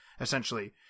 essentially